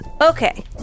Okay